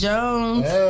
Jones